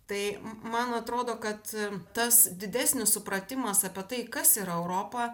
tai man atrodo kad tas didesnis supratimas apie tai kas yra europa